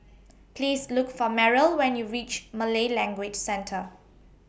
Please Look For Meryl when YOU REACH Malay Language Centre